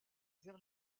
vers